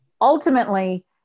ultimately